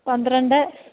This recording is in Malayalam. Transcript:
പന്ത്രണ്ട്